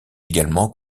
également